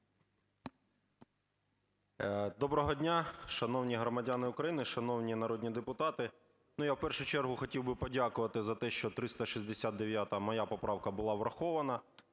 Доброго дня, шановні громадяни України, шановні народні депутати! Ну, я в першу чергу хотів би подякувати за те, що 369-а, моя поправка, була врахована.